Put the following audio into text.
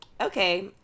okay